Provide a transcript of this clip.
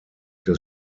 des